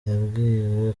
yabwiwe